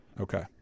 Okay